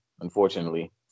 unfortunately